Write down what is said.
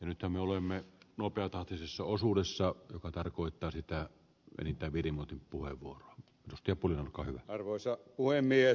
yritämme olemme nopeatahtisessa osuudessa joka tarkoittaa sitä mitä vidima temppua ivo nosti punan kodin arvoisa puhemies